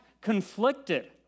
conflicted